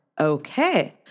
Okay